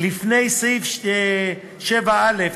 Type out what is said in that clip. לפי סעיף 9(7א)